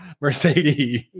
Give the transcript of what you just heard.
Mercedes